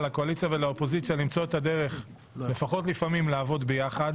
לקואליציה ולאופוזיציה למצוא את הדרך לפחות לפעמים לעבוד ביחד